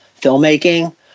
filmmaking